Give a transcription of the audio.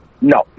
no